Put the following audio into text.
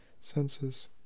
senses